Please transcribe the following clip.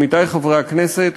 עמיתי חברי הכנסת,